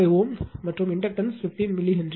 5 Ω மற்றும் inductance 15 milli Henry